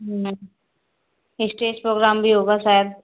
stage programme भी होगा शायद